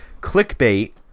Clickbait